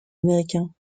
américain